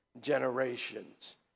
generations